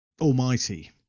Almighty